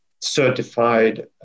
certified